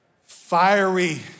Fiery